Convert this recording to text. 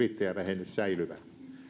kuten yrittäjävähennys säilyvät